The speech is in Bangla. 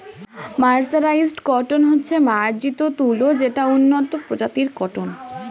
মার্সারাইজড কটন হচ্ছে মার্জিত তুলো যেটা উন্নত প্রজাতির কটন